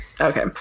Okay